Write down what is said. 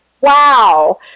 Wow